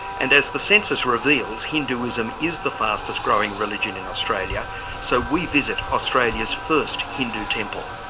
and as the census reveals hinduism is the fastest growing religion in australia so we visit australia's first hindu temple.